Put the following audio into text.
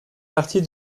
partie